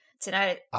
Tonight